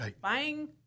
Buying